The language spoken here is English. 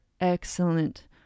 excellent